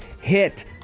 hit